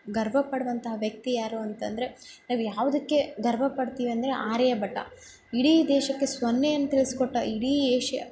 ಗರ್ವ ಪಡುವಂಥ ವ್ಯಕ್ತಿ ಯಾರು ಅಂತಂದರೆ ನಾವು ಯಾವಿದಕ್ಕೆ ಗರ್ವ ಪಡ್ತಿವಂದರೆ ಆರ್ಯಭಟ ಇಡೀ ದೇಶಕ್ಕೆ ಸೊನ್ನೆಯನ್ನು ತಿಳಿಸಿಕೊಟ್ಟ ಇಡೀ ಏಷ್ಯ